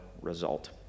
result